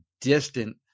distant